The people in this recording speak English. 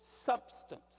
substance